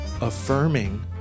affirming